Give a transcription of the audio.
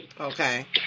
Okay